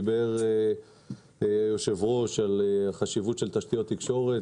דיבר היושב-ראש על החשיבות של תשתיות תקשורת,